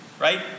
right